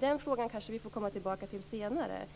Den frågan får vi kanske komma tillbaka till senare.